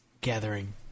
gathering